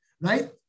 right